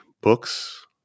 books